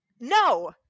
No